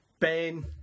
Ben